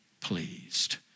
pleased